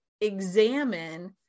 examine